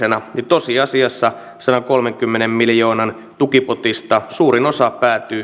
tosiasiassa sadankolmenkymmenen miljoonan tukipotista suurin osa päätyy